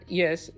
yes